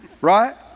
Right